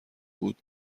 بود